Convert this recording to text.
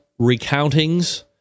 recountings